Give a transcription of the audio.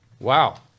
Wow